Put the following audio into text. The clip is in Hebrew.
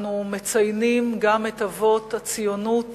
ואנחנו מציינים גם את אבות הציונות